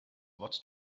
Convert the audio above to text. what